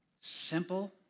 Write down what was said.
Simple